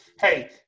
hey